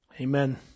Amen